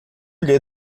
lhe